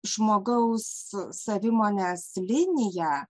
žmogaus savimonės linija